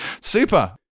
Super